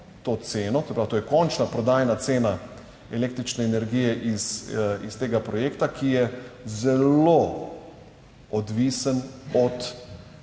to je končna prodajna cena električne energije iz tega projekta, ki je zelo odvisen od